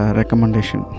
recommendation